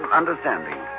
understanding